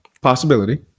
possibility